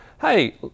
hey